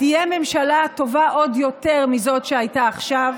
תהיה ממשלה טובה עוד יותר מזאת שהייתה עכשיו,